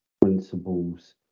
principles